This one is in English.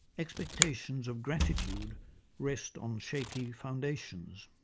expectations of gratitude rest on shaky foundations.